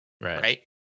Right